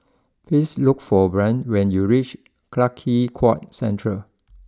please look for Bryn when you reach Clarke Quay Central